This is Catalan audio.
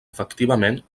efectivament